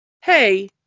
hey